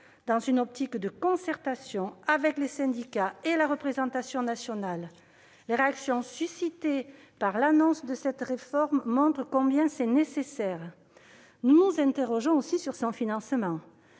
dans une optique de concertation avec les syndicats et la représentation nationale. Les réactions suscitées par l'annonce de cette réforme montrent combien c'est nécessaire. Nous nous interrogeons aussi sur son financement.